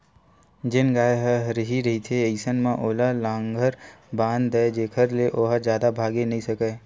जेन गाय ह हरही रहिथे अइसन म ओला लांहगर बांध दय जेखर ले ओहा जादा भागे नइ सकय